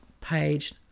page